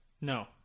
No